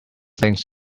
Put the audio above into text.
things